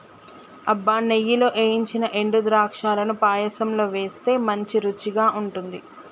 అబ్బ నెయ్యిలో ఏయించిన ఎండు ద్రాక్షలను పాయసంలో వేస్తే మంచి రుచిగా ఉంటుంది